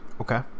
Okay